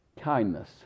kindness